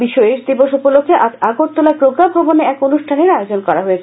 বিশ্ব এইডস দিবস উপলক্ষে আজ আগরতলার প্রজ্ঞাভবনে এক অনুষ্ঠানের আয়োজন করা হয়েছে